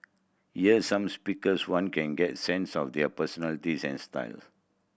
year some speakers one can get sense of their personalities and styles